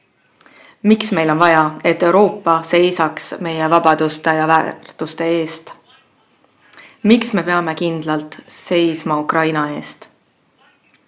miks meil on vaja, et Euroopa seisaks meie vabaduste ja väärtuste eest, miks me peame kindlalt seisma Ukraina eest